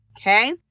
okay